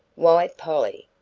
why polly?